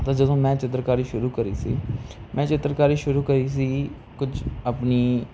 ਤਾਂ ਜਦੋਂ ਮੈਂ ਚਿੱਤਰਕਾਰੀ ਸ਼ੁਰੂ ਕਰੀ ਸੀ ਮੈਂ ਚਿੱਤਰਕਾਰੀ ਸ਼ੁਰੂ ਕਰੀ ਸੀਗੀ ਕੁਛ ਆਪਣੀ